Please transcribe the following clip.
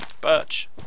birch